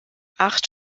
acht